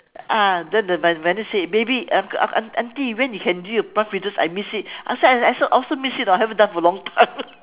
ah then the my my niece say maybe aunt aunt auntie when you can you do your prawn fritters I miss it I say I I also miss it ah I haven't done it for long time